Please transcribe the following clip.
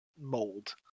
mold